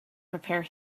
prepare